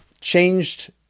changed